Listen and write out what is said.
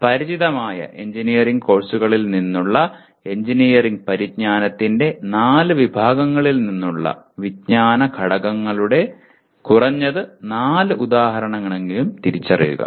നിങ്ങൾക്ക് പരിചിതമായ എഞ്ചിനീയറിംഗ് കോഴ്സുകളിൽ നിന്നുള്ള എഞ്ചിനീയറിംഗ് പരിജ്ഞാനത്തിന്റെ നാല് വിഭാഗങ്ങളിൽ നിന്നുള്ള വിജ്ഞാന ഘടകങ്ങളുടെ കുറഞ്ഞത് നാല് ഉദാഹരണങ്ങളെങ്കിലും തിരിച്ചറിയുക